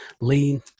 lean